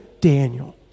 Daniel